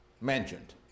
mentioned